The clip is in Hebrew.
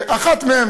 ואחת מהן,